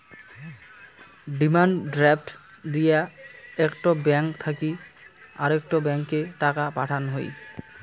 demand draft দিয়া একটো bank থাকি আরেকটো ব্যাংকে টাকা পাঠান হই